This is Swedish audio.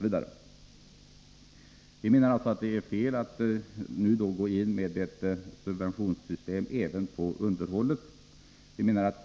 Enligt vår mening är det fel att nu gå in med ett subventionssystem även när det gäller underhållet.